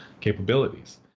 capabilities